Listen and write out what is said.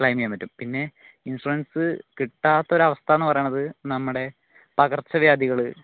claim ചെയ്യാൻ പറ്റും പിന്നെ ഇൻഷുറൻസ് കിട്ടാത്തൊരവസ്ഥാന്ന് പറയുന്നത് നമ്മടെ പകർച്ച വ്യാധികള്